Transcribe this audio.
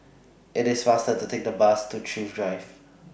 IT IS faster to Take The Bus to Thrift Drive